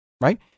right